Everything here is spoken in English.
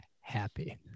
happy